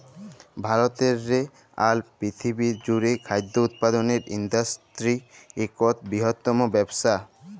ভারতেরলে আর পিরথিবিরলে জ্যুড়ে খাদ্য উৎপাদলের ইন্ডাসটিরি ইকট বিরহত্তম ব্যবসা